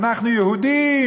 אנחנו יהודים,